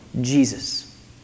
Jesus